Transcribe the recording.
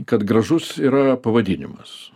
kad gražus yra pavadinimas